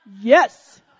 Yes